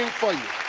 for you.